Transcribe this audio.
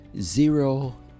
zero